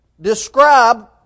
describe